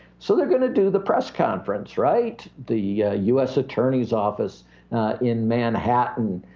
so they're going to do the press conference, right? the u s. attorney's office in manhattan,